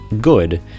good